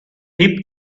hip